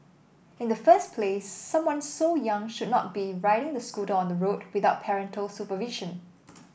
in the first place someone so young should not be riding the scooter on the road without parental supervision